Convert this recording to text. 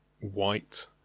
white